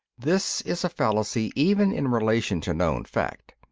this is a fallacy even in relation to known fact.